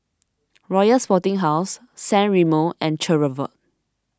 Royal Sporting House San Remo and Chevrolet